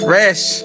Fresh